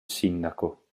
sindaco